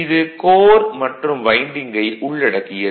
இது கோர் மற்றும் வைண்டிங்கை உள்ளடக்கியது